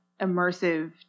immersive